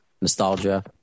nostalgia